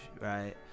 right